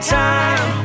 time